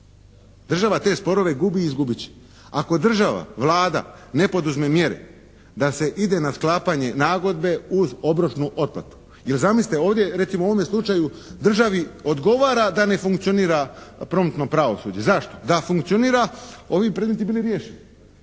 Država te sporove gubi i izgubit će. Ako država, Vlada, ne poduzme mjere da se ide na sklapanje nagodbe uz obročnu otplatu. Jer zamislite ovdje recimo u ovome slučaju državi odgovara da ne funkcionira promptno pravosuđe. Zašto? Da funkcionira ovi bi predmeti bili riješeni.